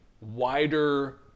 wider